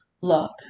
Look